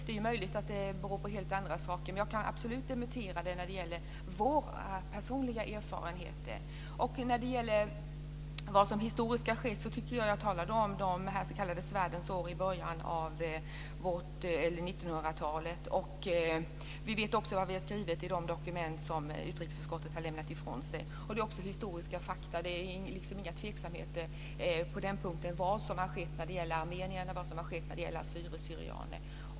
Det är möjligt att det beror på helt andra saker. Men jag kan absolut dementera den när det gäller vår personliga erfarenhet. Angående vad som historiskt har skett så talade jag ju om de s.k. svärdens år i början av 1900-talet. Vi vet också vad vi har skrivit i de dokument som utrikesutskottet har lämnat ifrån sig. Det är också historiska fakta, och inga tveksamheter på den punkten när det gäller vad som har skett med armenierna och assyrier/syrianer.